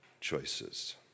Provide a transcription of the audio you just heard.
choices